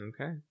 Okay